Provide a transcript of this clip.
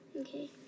Okay